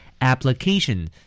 Application